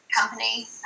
company